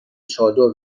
چادر